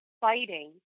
fighting